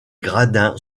gradins